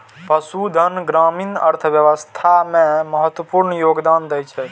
पशुधन ग्रामीण अर्थव्यवस्था मे महत्वपूर्ण योगदान दै छै